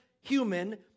human